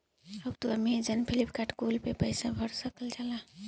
अब तू अमेजैन, फ्लिपकार्ट कुल पे पईसा भर सकल जाला